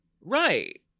Right